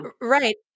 Right